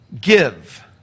give